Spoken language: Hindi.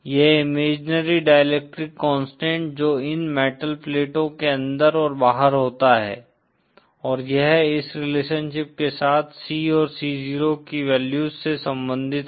यह इमेजिनरी डाईइलेक्ट्रिक कांस्टेंट जो इन मेटल प्लेटों के अंदर और बाहर होता है और यह इस रिलेशनशिप के साथ C और C0 की वैल्यूज से संबंधित है